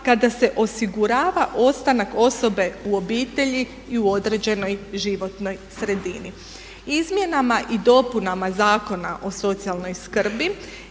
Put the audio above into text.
kada se osigurava ostanak osobe u obitelji i u određenoj životnoj sredini. Izmjenama i dopunama Zakona o socijalnoj skrbi